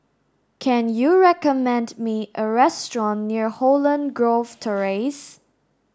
can you recommend me a restaurant near Holland Grove Terrace